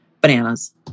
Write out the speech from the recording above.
bananas